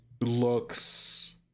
looks